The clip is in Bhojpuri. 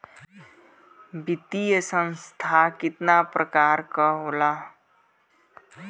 वित्तीय संस्था कितना प्रकार क होला?